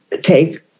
take